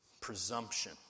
presumption